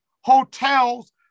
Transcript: hotels